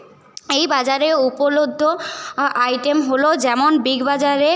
এই বাজারে উপলব্ধ আইটেম হলো যেমন বিগ বাজারে